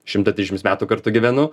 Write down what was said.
šimtą trisdešims metų kartu gyvenu